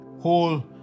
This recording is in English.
whole